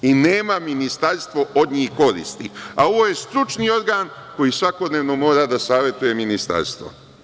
Nema ministarstvo od njih koristi, a ovo je stručni organ, koji svakodnevno mora da savetuje ministarstvo.